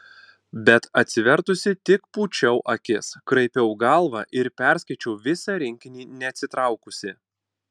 bet atsivertusi tik pūčiau akis kraipiau galvą ir perskaičiau visą rinkinį neatsitraukusi